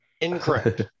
Incorrect